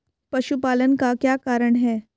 पशुपालन का क्या कारण है?